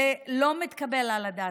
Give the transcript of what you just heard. זה לא מתקבל על הדעת.